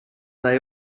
they